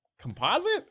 composite